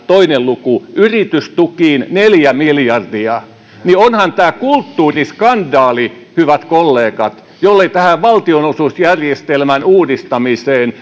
toinen luku yritystukiin neljä miljardia niin onhan tämä kulttuuriskandaali hyvät kollegat jollei tähän valtionosuusjärjestelmän uudistamiseen